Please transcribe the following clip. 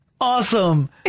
Awesome